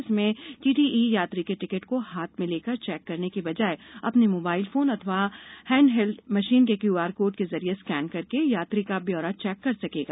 इसमें टीटीई यात्री के टिकट को हाथ में लेकर चेक करने की बजाय अपने मोबाइल फोन अथवा हैंडहेल्ड मशीन से क्यूआर कोड के जरिए स्कैन करके यात्री का ब्यौरा चेक कर सकेगा